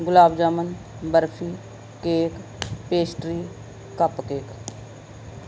gulab jamun barfi cake pastry cup cake